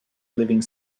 living